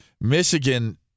Michigan